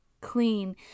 clean